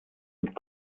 und